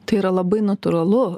tai yra labai natūralu